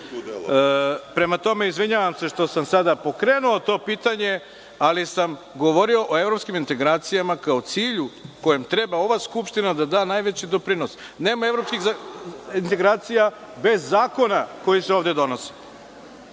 delo.)Prema tome, izvinjavam se što sam sada pokrenuo to pitanje, ali sam govorio o evropskim integracijama kao cilju kojem treba ova Skupština da da najveći doprinos. Nema evropskih integracija bez zakona koji se ovde donose. Velika